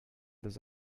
this